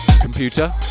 Computer